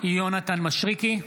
יונתן מישרקי,